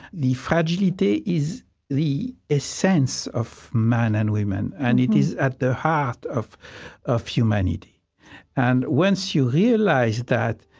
the fragility is the essence of men and women, and it is at the heart of of humanity and once you realize that,